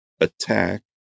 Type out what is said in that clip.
attack